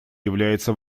является